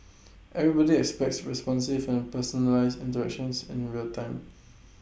everybody expects responsive and personalised interactions in real time